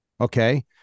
Okay